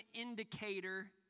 indicator